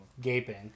Gaping